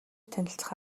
танилцах